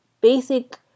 basic